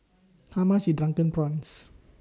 How much IS Drunken Prawns